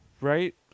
Right